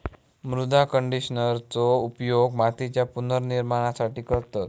मृदा कंडिशनरचो उपयोग मातीच्या पुनर्निर्माणासाठी करतत